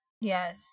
yes